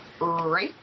right